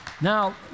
Now